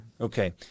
Okay